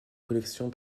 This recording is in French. collections